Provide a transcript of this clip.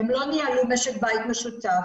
הם לא ניהלו משק בית משותף,